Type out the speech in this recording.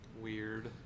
Weird